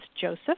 Joseph